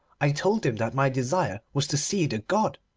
i told him that my desire was to see the god.